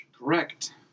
Correct